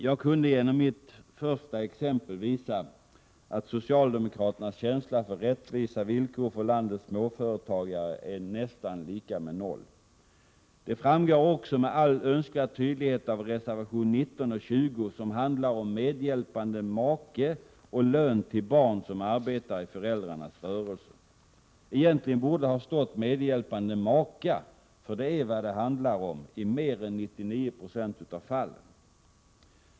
Jag kunde genom mitt första exempel visa att socialdemokraternas känsla för rättvisa villkor för landets småföretagare är nästan lika med noll. Det framgår också med all önskvärd tydlighet av reservationerna 19 och 20 som handlar om medhjälpande make och lön till barn som arbetar i föräldrarnas rörelse. Egentligen borde det ha stått medhjälpande maka, för det är vad det handlar om i mer än 99 96 av fallen.